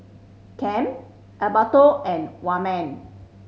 Kem Alberto and Wayman